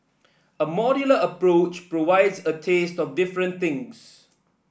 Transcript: a modular approach provides a taste of different things